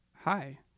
Hi